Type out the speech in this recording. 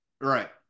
Right